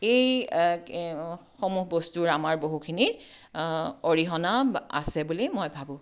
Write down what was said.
এই সমূহ বস্তুৰ আমাৰ বহুখিনি অৰিহণা আছে বুলি মই ভাবোঁ